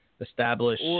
establish